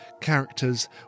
characters